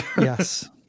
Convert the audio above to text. Yes